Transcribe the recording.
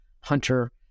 hunter